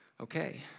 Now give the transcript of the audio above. Okay